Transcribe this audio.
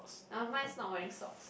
uh mine is not wearing socks